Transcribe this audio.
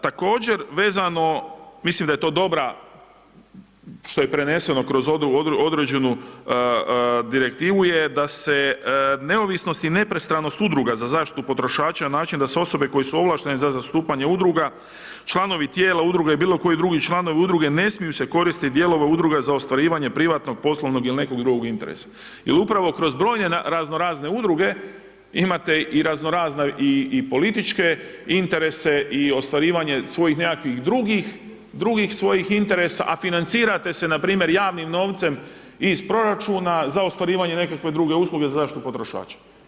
Također, vezano, mislim da je to dobra, što je preneseno kroz određenu direktivu je da se neovisnost i nepristranost udruga za zaštitu potrošača na način da se osobe koje su ovlaštene za zastupanje udruga, članovi tijela udruge i bilokoji drugi članovi udruge, ne smije se koristiti dijelovima udruga za ostvarivanje privatnog, poslovnog ili nekog drugog interesa jer upravo kroz brojne raznorazne udruge, imate raznorazna i političke interese i ostvarivanje svojih nekakvih drugih svojih interesa, a financirate se npr. javnim novcem iz proračuna za ostvarivanje nekakve druge usluge za zaštitu potrošača.